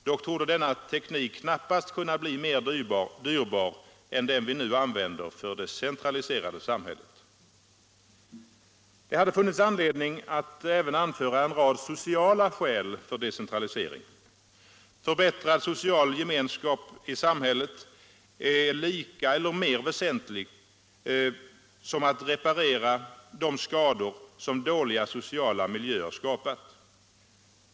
Dock torde denna teknik knappast kunna bli mer dyrbar än den vi nu använder för det centraliserade samhället. Det hade funnits anledning att även anföra en rad sociala skäl för decentralisering. Förbättrad social gemenskap i samhället är lika väsentligt som eller mer väsentlig än att reparera de skador som dåliga sociala miljöer skapat.